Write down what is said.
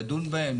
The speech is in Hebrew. לדון בהם,